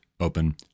open